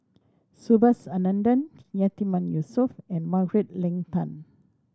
Subhas Anandan Yatiman Yusof and Margaret Leng Tan